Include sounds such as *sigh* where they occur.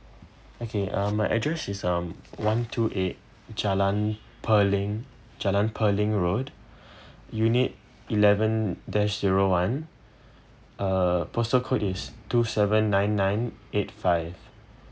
okay um my address is um one two eight jalan peling jalan peling road *breath* unit eleven dash zero one uh postal code is two seven nine nine eight five